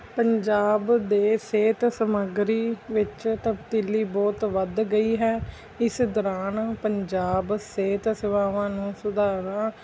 ਪੰਜਾਬ ਦੀ ਸਿਹਤ ਸਮੱਗਰੀ ਵਿੱਚ ਤਬਦੀਲੀ ਬਹੁਤ ਵੱਧ ਗਈ ਹੈ ਇਸ ਦੌਰਾਨ ਪੰਜਾਬ ਸਿਹਤ ਸੇਵਾਵਾਂ ਨੂੰ ਸੁਧਾਰ